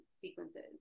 sequences